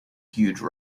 huge